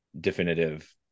definitive